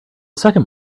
second